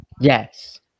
Yes